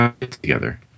Together